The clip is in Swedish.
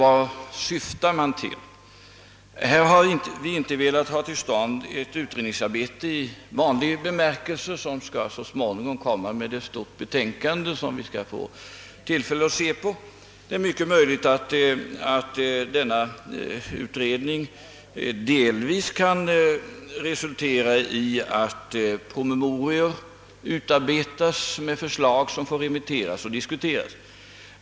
Avsikten med denna utredning har inte varit att få till stånd ett utredningsarbete i vanlig bemärkelse som så småningom skall resultera i ett stort betänkande. Det är mycket möjligt att denna utredning delvis kan resultera i att promemorior utarbetas med förslag som får remitteras och diskuteras.